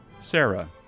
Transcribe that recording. Sarah